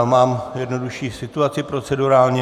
Máme jednodušší situaci procedurálně.